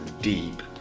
deep